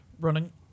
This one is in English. Running